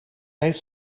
heeft